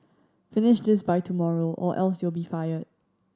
finish this by tomorrow or else you'll be fired